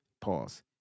Pause